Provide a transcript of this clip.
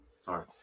Sorry